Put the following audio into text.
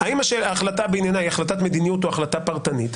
האם ההחלטה בעניינה היא החלטת מדיניות או החלטה פרטנית.